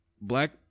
black